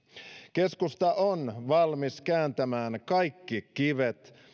keskusta on valmis kääntämään kaikki kivet